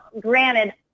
Granted